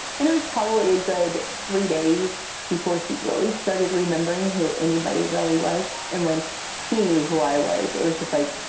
and it was probably a good three days before he really started remembering who anybody really was. and when he knew who i was, it was just like,